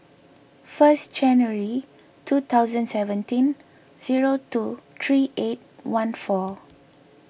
first January two thousand seventeen zero two three eight one four